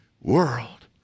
world